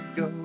go